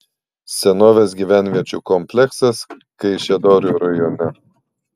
senovės gyvenviečių kompleksas kaišiadorių rajone